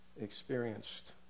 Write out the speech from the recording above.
experienced